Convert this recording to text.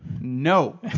No